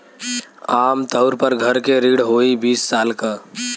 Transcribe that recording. आम तउर पर घर के ऋण होइ बीस साल क